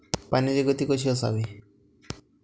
पाण्याची गती कशी असावी?